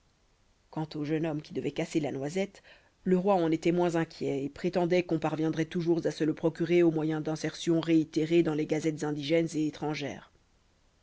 quant au jeune homme qui devait casser la noisette le roi en était moins inquiet et prétendait qu'on parviendrait toujours à se le procurer au moyen d'insertions réitérées dans les gazettes indigènes et étrangères